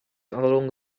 along